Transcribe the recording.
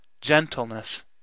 GENTLENESS